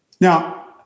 Now